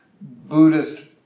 Buddhist